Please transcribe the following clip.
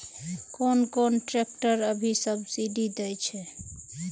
कोन कोन ट्रेक्टर अभी सब्सीडी छै?